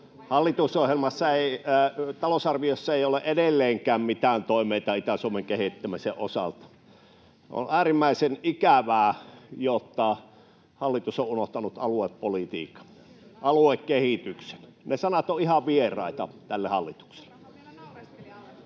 sitä ei näy. Talousarviossa ei ole edelleenkään mitään toimia Itä-Suomen kehittämisen osalta. On äärimmäisen ikävää, että hallitus on unohtanut aluepolitiikan, aluekehityksen. Ne sanat ovat ihan vieraita tälle hallitukselle.